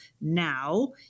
now